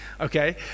Okay